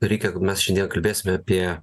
reikia jeigu mes šiandien kalbėsime apie